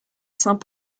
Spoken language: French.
saint